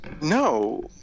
No